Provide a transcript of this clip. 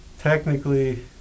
technically